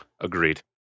Agreed